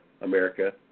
America